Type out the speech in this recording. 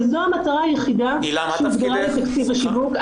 אבל זו המטרה היחידה שהוגדרה לתפקיד השיווק.